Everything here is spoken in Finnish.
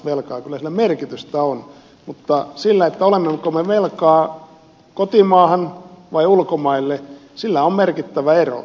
kyllä sillä merkitystä on mutta siinä olemmeko velkaa kotimaahan vai ulkomaille on merkittävä ero